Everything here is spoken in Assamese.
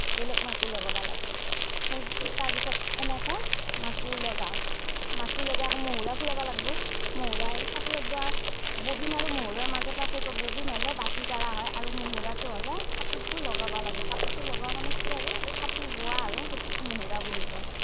বেলেগ মাকো লগাব লাগে সেই তাৰপিছত এনেকে মাকো লগাওঁ মাকো লগাই আকৌ মুহুৰা ঘুৰাব লাগিব মুহুৰা এই কাপোৰত ভৰোৱা ববিন আৰু মুহুৰাৰ মাজত পাৰ্থক্য ববিন হ'লে বাতি কৰা হয় আৰু মুহুৰাটো হ'লে কাপোৰটো লগাব লাগে কাপোৰটো লগোৱা মানে কি আৰু কাপোৰ বোৱা আৰু সেইটোক মুহুৰা বুলি কওঁ